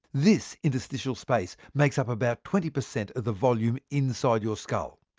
this interstitial space makes up about twenty per cent of the volume inside your skull.